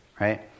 right